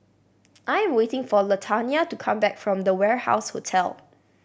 I'm waiting for Latanya to come back from The Warehouse Hotel